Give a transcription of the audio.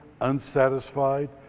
unsatisfied